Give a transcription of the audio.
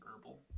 herbal